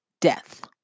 death